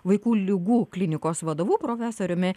vaikų ligų klinikos vadovu profesoriumi